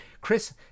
Chris